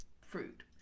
fruit